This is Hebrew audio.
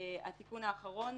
התיקון האחרון